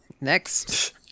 next